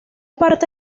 parte